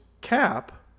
Cap